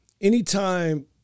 Anytime